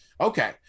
okay